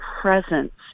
presence